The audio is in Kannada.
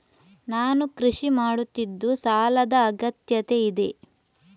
ನಾನು ಕೃಷಿ ಮಾಡುತ್ತಿದ್ದು ಸಾಲದ ಅಗತ್ಯತೆ ಇದೆ?